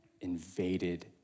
invaded